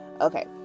Okay